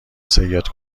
سید